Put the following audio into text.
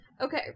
Okay